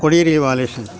Kodiyeri Balakrishnan